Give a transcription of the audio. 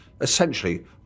essentially